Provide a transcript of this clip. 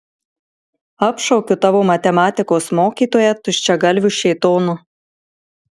apšaukiu tavo matematikos mokytoją tuščiagalviu šėtonu